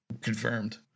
confirmed